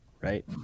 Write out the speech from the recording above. right